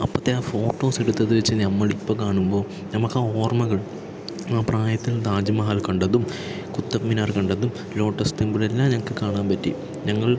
അപ്പോഴത്തെ ആ ഫോട്ടോസ് എടുത്തത് വെച്ച് നമ്മൾ ഇപ്പോൾ കാണുമ്പോൾ നമ്മൾക്ക് ആ ഓർമ്മകൾ ആ പ്രായത്തിൽ താജ് മഹൽ കണ്ടതും കുത്തബ്മിനാർ കണ്ടതും ലോട്ടസ് ടെമ്പിൾ എല്ലാം ഞങ്ങൾക്ക് കാണാൻ പറ്റി ഞങ്ങൾ